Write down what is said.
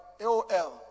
AOL